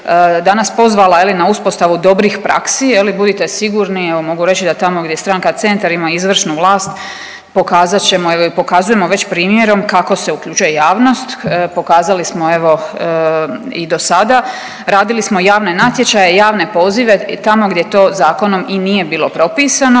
danas pozvala na uspostavu dobrih praksi budite sigurni evo mogu reći da tamo gdje stranka Centar ima izvršnu vlast pokazat ćemo i pokazujemo već primjerom kako se uključuje javnost, pokazali smo evo i do sada, radili smo javne natječaje i javne pozive tamo gdje to zakonom i nije bilo propisano,